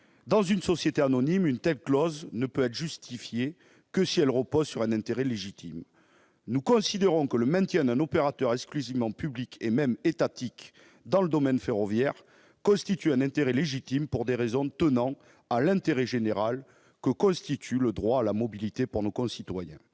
Dans une société anonyme, une telle clause ne peut être justifiée que si elle repose sur un intérêt légitime. Nous considérons que, dans le domaine ferroviaire, le maintien d'un opérateur exclusivement public- étatique, plus exactement -constitue un intérêt légitime pour des raisons tenant à l'intérêt général que constitue le droit à la mobilité pour nos concitoyens.